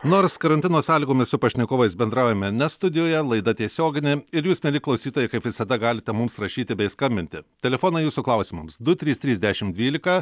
nors karantino sąlygomis su pašnekovais bendraujame ne studijoje laida tiesioginė ir jūs mieli klausytojai kaip visada galite mums rašyti bei skambinti telefonai jūsų klausimams du trys trys dešimt dvylika